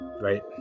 right